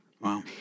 Wow